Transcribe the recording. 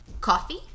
Coffee